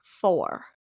four